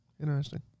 Interesting